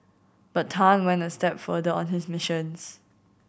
but Tan went a step further on his missions